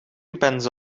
depends